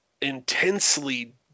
intensely